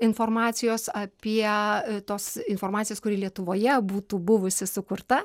informacijos apie tos informacijos kuri lietuvoje būtų buvusi sukurta